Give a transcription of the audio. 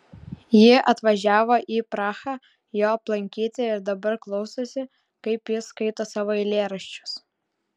ji atvažiavo į prahą jo aplankyti ir dabar klausosi kaip jis skaito savo eilėraščius